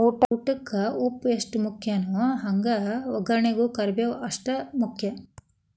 ಊಟಕ್ಕ ಉಪ್ಪು ಎಷ್ಟ ಮುಖ್ಯಾನೋ ಹಂಗ ವಗ್ಗರ್ನಿಗೂ ಕರ್ಮೇವ್ ಅಷ್ಟ ಮುಖ್ಯ